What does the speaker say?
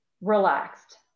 relaxed